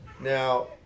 Now